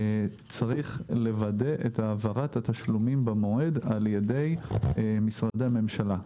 צריך לוודא את העברת התשלומים במועד על ידי משרדי הממשלה.